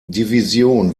division